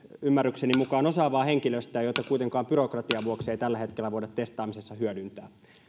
ymmärrykseni mukaan osaavaa henkilöstöä jota kuitenkaan byrokratian vuoksi ei tällä hetkellä voida testaamisessa hyödyntää